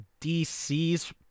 DC's